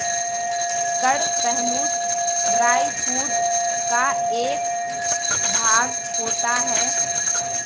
कड़पहनुत dry food का एक भाग होता है